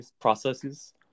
processes